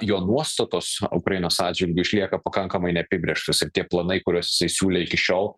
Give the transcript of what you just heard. jo nuostatos ukrainos atžvilgiu išlieka pakankamai neapibrėžtos ir tie planai kuriuos jisai siūlė iki šiol